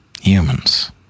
Humans